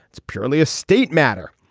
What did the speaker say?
it's purely a state matter.